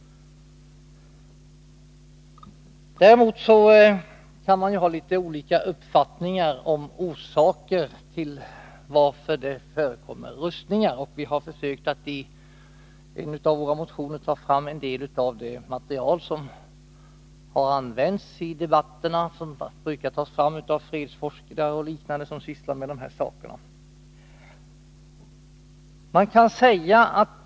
Däremot kan man ha litet olika uppfattningar om orsakerna till att det förekommer rustningar. Vi har försökt att i en av våra motioner belysa en del av det material som brukar användas i debatterna och som tagits fram av fredsforskare och andra som sysslar med sådana här saker.